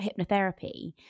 hypnotherapy